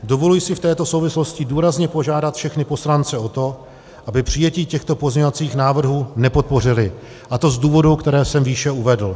Dovoluji si v této souvislosti důrazně požádat všechny poslance o to, aby přijetí těchto pozměňovacích návrhů nepodpořili, a to z důvodů, které jsem výše uvedl.